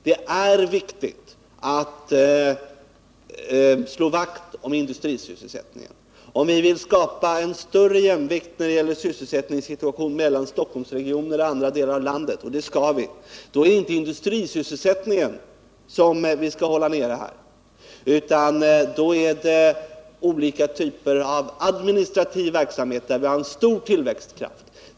Det är viktigt att slå vakt om industrisys selsättningen. Om vi skall skapa en större jämvikt när det gäller sysselsättningssituationen mellan Stockholmsregionen och andra delar av landet — vilket vi skall — är det inte industrisysselsättningen som vi skall hålla nere i Stockholm. Det är i stället olika typer av administrativ verksamhet, där vi har en stor tillväxtkraft.